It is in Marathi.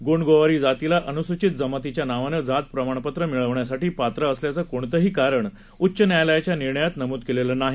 गोंडगोवारीजातीलाअनुसूचितजमातीच्यानावानेजातप्रमाणपत्रमिळविण्यासाठीपात्रअसल्याचंकोणतंहीकारणउच्चन्यायालयाच्यानिर्णयातन मूदकेलेलेनाही